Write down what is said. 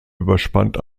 überspannt